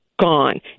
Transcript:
gone